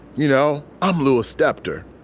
you know, i'm lewis stepdaughter.